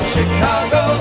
Chicago